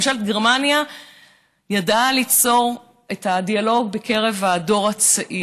ממשלת גרמניה ידעה ליצור את הדיאלוג בקרב הדור הצעיר.